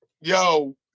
Yo